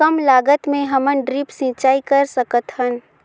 कम लागत मे हमन ड्रिप सिंचाई कर सकत हन?